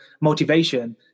motivation